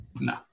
no